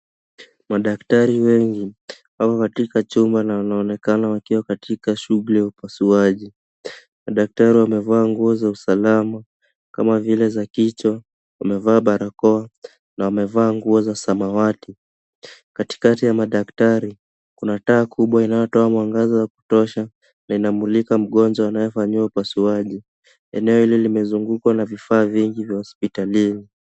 Madaktari wengi wako katika chumba na wanaonekana wakiwa katika shughuli wa upasuaji, madaktari wamevaa nguo za usalama kama vule za kichwa, wamevaa barakoa na wamevaa nguo za samawati. Katikati ya madaktari kuna taa kubwa inayotoa mwangaza ya kutosha na inamulika mgnjwa anayefanya upasuaji. Eneo hili limezungukwa na vifaa vingi vya hospitalini.